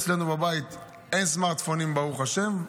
אצלנו בבית אין סמארטפונים, ברוך השם,